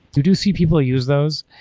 do do see people use those.